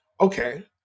okay